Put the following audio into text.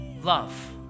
Love